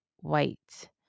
White